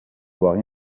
voit